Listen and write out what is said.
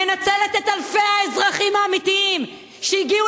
מנצלת את אלפי האזרחים האמיתיים שהגיעו